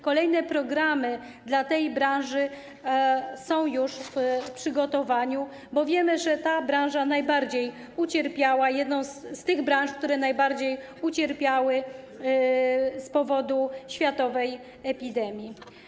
Kolejne programy dla tej branży są już w przygotowaniu, bo wiemy, że ta branża jest jedną z tych branż, które najbardziej ucierpiały z powodu światowej epidemii.